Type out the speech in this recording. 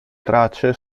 tracce